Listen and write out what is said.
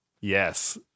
Yes